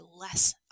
less